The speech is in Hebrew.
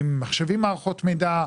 ממחשבים ומערכות מידע,